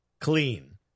clean